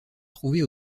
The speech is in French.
trouvées